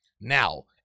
Now